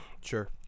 Sure